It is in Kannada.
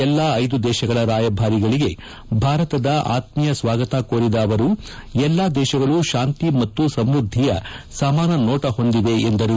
ಎಲ್ಲಾ ಐದು ದೇಶಗಳ ರಾಯಭಾರಿಗಳಿಗೆ ಭಾರತದ ಅತ್ಮೀಯ ಸ್ವಾಗತ ಕೋರಿದ ಅವರು ಎಲ್ಲಾ ದೇಶಗಳ ಶಾಂತಿ ಮತ್ತು ಸಮ್ಮದ್ಧಿಯ ಸಮಾನ ನೋಟ ಹೊಂದಿವೆ ಎಂದರು